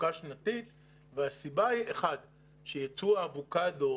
תפוקה שנתית והסיבה היא שיצוא האבוקדו